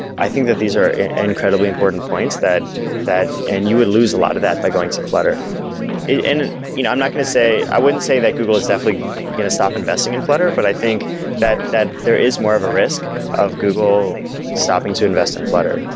i think that these are incredibly important points that that and you would lose a lot of that by going to flutter you know i'm not going to say i wouldn't say that google is definitely going to stop investing in flutter, but i think that that there is more of a risk of google stopping to invest in flutter,